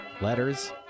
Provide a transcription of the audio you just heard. letters